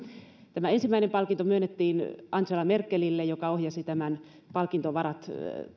tämä ensimmäinen palkinto myönnettiin angela merkelille joka ohjasi palkintovarat